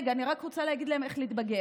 רגע, אני רק רוצה להגיד להם איך להתבגר.